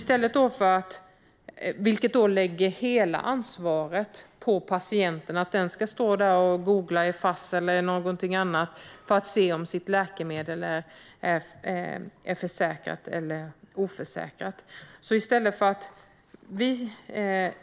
Det lägger hela ansvaret på patienten och på att den ska googla i Fass eller någonting annat för att se om läkemedlet är försäkrat eller oförsäkrat.